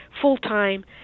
full-time